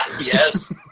Yes